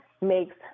makes